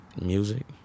Music